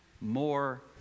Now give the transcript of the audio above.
more